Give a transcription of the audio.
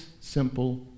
simple